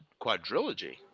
quadrilogy